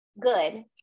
good